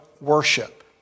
worship